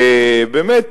באמת,